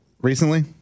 recently